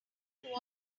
unlike